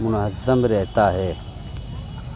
منظم رہتا ہے